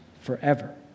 forever